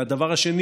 והדבר השני,